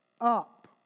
up